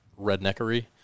redneckery